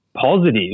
positive